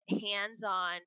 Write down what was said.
hands-on